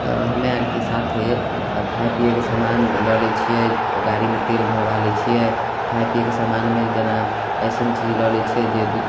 तऽ हमे आरके साथे खाइ पिएके समान लऽ लै छिए गाड़ीमे तेल भरबा लै छिए खाइ पिएके समानमे जेना अइसन चीज लऽ लै छिए जे